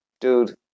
Dude